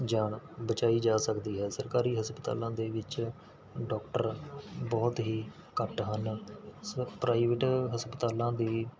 ਜਾਨ ਬਚਾਈ ਜਾ ਸਕਦੀ ਹੈ ਸਰਕਾਰੀ ਹਸਪਤਾਲਾਂ ਦੇ ਵਿੱਚ ਡੋਕਟਰ ਬਹੁਤ ਹੀ ਘੱਟ ਹਨ ਪ੍ਰਾਈਵੇਟ ਹਸਪਤਾਲਾਂ ਦੀ